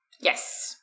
Yes